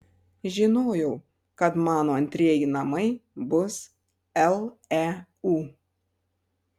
žinojau kad mano antrieji namai bus leu